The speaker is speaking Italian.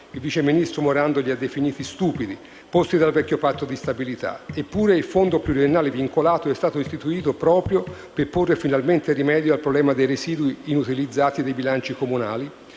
il vice ministro Morando li ha definiti "stupidi" - posti dal vecchio Patto di stabilità. Eppure, il Fondo pluriennale vincolato è stato istituito proprio per porre finalmente rimedio al problema dei residui inutilizzati dei bilanci comunali,